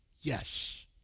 Yes